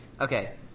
Okay